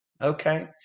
Okay